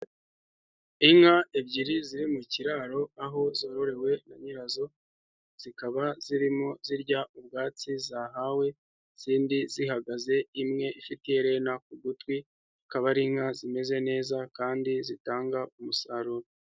Inka ebyiri ziri mu kiraro aho zororewe na nyirazo, zikaba zirimo zirya ubwatsi zahawe, izindi zihagaze, imwe ifiti iherena ku gutwi, akaba ari inka zimeze neza kandi zitanga umusaruro.